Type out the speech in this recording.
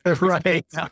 Right